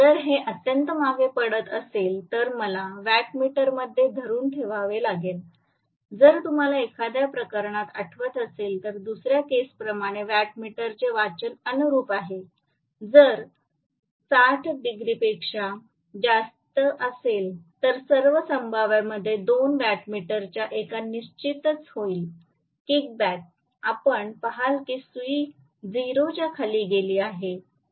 जर हे अत्यंत मागे पडले असेल तर मला वाॅटमीटरमध्ये धरुन ठेवावे लागेल जर तुम्हाला एखाद्या प्रकरणात आठवत असेल तर दुसऱ्या केसप्रमाणे वॅटमीटरचे वाचन अनुरुप आहे जर degrees 60 डिग्रीपेक्षा जास्त असेल तर सर्व संभाव्यतेमध्ये २ वॅटमीटरच्या १ निश्चितच होईल किकबॅक आपण पहाल की सुई ० च्या खाली गेली आहे